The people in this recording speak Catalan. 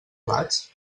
plats